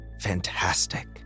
Fantastic